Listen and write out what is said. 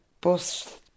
bus